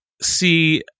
see